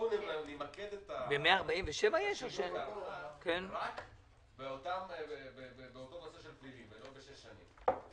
בואו נמקד את ההארכה רק באותו נושא של פלילים ולא בשש שנים.